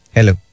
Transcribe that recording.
Hello